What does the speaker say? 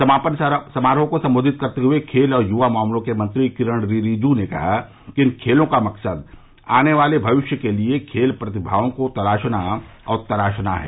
समापन समारोह को संबोधित करते हुए खेल और युवा मामलों के मंत्री किरेन रिजिजू ने कहा कि इन खेलों का मकसद आने वाले भविष्य के लिए खेल प्रतिमाओं को तलाशना और तराशना है